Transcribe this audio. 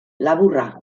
laburra